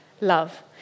love